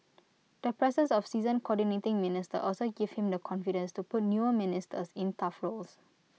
the presence of seasoned Coordinating Minister also gives him the confidence to put newer ministers in tough roles